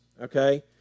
okay